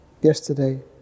yesterday